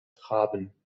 haben